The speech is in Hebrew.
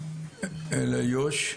אלא יו"ש,